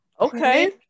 okay